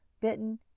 bitten